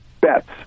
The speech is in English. bets